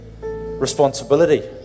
responsibility